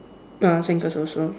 uh sandcastle also